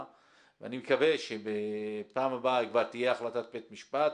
ואני מקווה שבפעם הבאה כבר תהיה החלטת בית משפט,